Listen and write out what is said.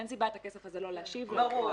אין סיבה את הכסף הזה לא להשיב ללקוח,